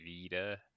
Vita